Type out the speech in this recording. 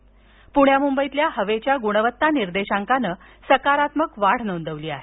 प्ण्या मुंबईतल्या हवेच्या गुणवत्ता निर्देशांकान सकारात्मक वाढ नोंदवली आहे